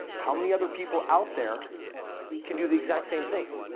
how many other people out there can do the exact same thing?